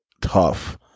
tough